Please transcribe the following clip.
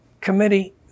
committee